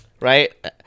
Right